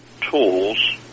tools